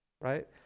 right